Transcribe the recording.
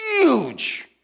huge